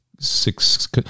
Six